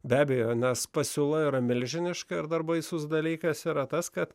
be abejo nes pasiūla yra milžiniška ir dar baisus dalykas yra tas kad